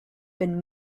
been